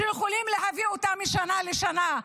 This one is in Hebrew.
שיכולים להביא אותה משנה לשנה.